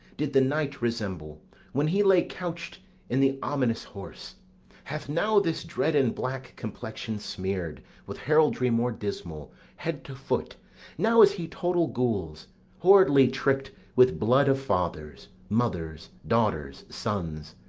did the night resemble when he lay couched in the ominous horse hath now this dread and black complexion smear'd with heraldry more dismal head to foot now is he total gules horridly trick'd with blood of fathers, mothers, daughters, sons,